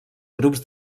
grups